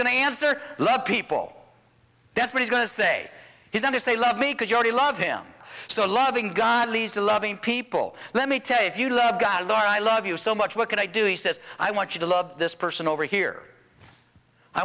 going to answer love people that's what he's going to say he's going to say love me because you already love him so loving god leads to loving people let me tell you if you love god or i love you so much what can i do he says i want you to love this person over here i